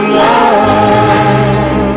love